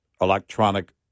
electronic